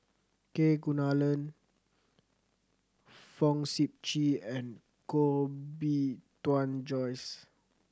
Kunalan Fong Sip Chee and Koh Bee Tuan Joyce